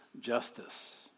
justice